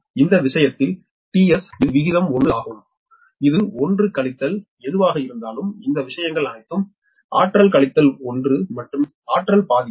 எனவே இந்த விஷயத்தில் tS இது விகிதம் 1 ஆகும் இது 1 கழித்தல் எதுவாக இருந்தாலும் இந்த விஷயங்கள் அனைத்தும் சக்தி கழித்தல் 1 மற்றும் சக்தி பாதிக்கு